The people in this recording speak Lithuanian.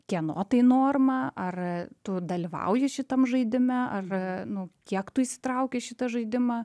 kieno tai norma ar tu dalyvauji šitam žaidime ar nu kiek tu įsitrauki į šitą žaidimą